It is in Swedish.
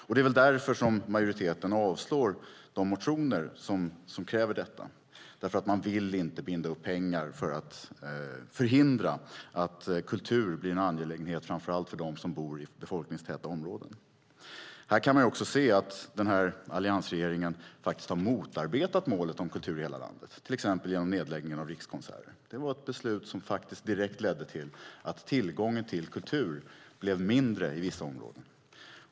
Det är väl därför majoriteten yrkar avslag på de motioner som kräver detta. Man vill inte binda upp pengar för att förhindra att kultur blir en angelägenhet för framför allt dem som bor i befolkningstäta områden. Här kan vi se att alliansregeringen har motarbetat målet om kultur i hela landet, till exempel genom nedläggningen av Rikskonserter. Det var ett beslut som faktiskt direkt ledde till att tillgången till kultur blev mindre i vissa områden.